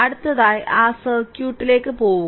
അടുത്തതായി ആ സർക്യൂട്ടിലേക്ക് പോകുക